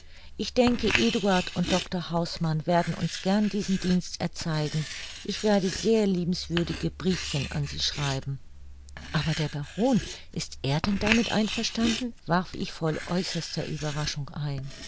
ich denke eduard und dr hausmann werden uns gern diesen dienst erzeigen ich werde sehr liebenswürdige briefchen an sie schreiben aber der baron ist er denn damit einverstanden warf ich voll äußerster ueberraschung ein